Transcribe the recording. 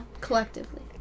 collectively